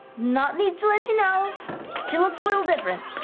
nott needs to let you know she looks a little different.